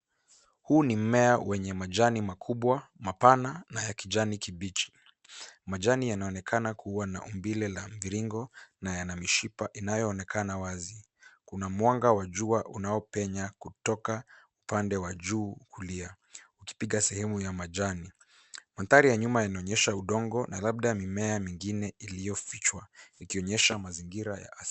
Huu ni mmea wenye majani makubwa, mapana na ya kijani kibichi. Majani yanaonekana kuwa na umbile la mviringo na yana mishipa inayo onekana wazi. Kuna mwanga wa jua unaonapenya na kutoka upande wa juu kulia ukipita sehemu ya majani. Mandhari ya nyuma yanaonyesha udongo na labda mimea mingine iliyo fichwa ikionyesha mazingira ya asili.